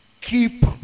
keep